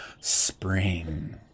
spring